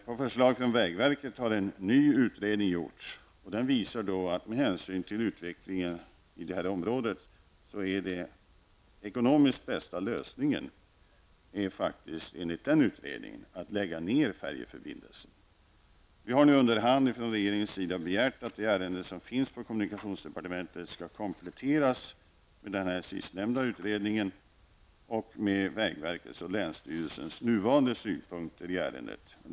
På förslag från vägverket har en ny utredning gjorts, och den visar att den ekonomiskt bästa lösningen med hänsyn till utvecklingen i området faktiskt är att färjeförbindelsen läggs ner. Under hand har vi i regeringen begärt att det material i ärendet som hos kommunikationsdepartementet skall kompletteras med den sistnämnda utredningen samt med vägverkets och länsstyrelsens synpunkter i dagsläget i ärendet.